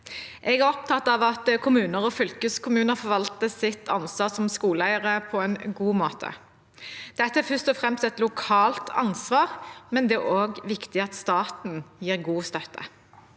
Jeg er opptatt av at kommuner og fylkeskommuner forvalter sitt ansvar som skoleeiere på en god måte. Dette er først og fremst et lokalt ansvar, men det er også viktig at staten gir god støtte.